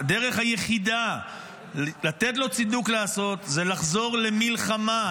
הדרך היחידה לתת לו צידוק לעשות, זה לחזור למלחמה.